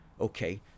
Okay